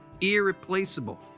irreplaceable